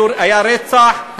היה רצח של אנשים,